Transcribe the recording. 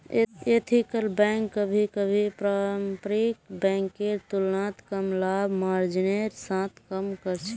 ethical bank कभी कभी पारंपरिक बैंकेर तुलनात कम लाभ मार्जिनेर साथ काम कर छेक